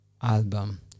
album